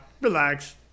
relax